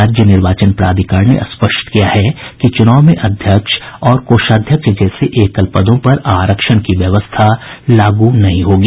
राज्य निर्वाचन प्राधिकार ने स्पष्ट किया है कि चुनाव में अध्यक्ष और कोषाध्यक्ष जैसे एकल पदों पर आरक्षण की व्यवस्था लागू नहीं होगी